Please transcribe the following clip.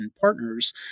Partners